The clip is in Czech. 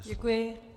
Děkuji.